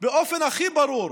באופן הכי ברור: